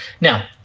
Now